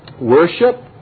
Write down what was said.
worship